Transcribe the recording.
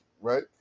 right